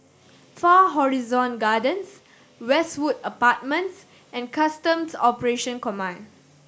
Far Horizon Gardens Westwood Apartments and Customs Operations Command